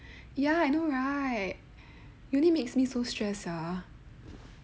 ya I know right uni makes me so stressed sia